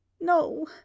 No